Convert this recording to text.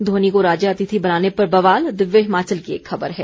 धोनी को राज्य अतिथि बनाने पर बवाल दिव्य हिमाचल की एक खबर है